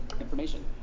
information